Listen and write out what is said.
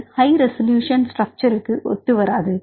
அது high resolution ஸ்ட்ரக்சர்ருக்கு ஒத்து வராது